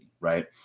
right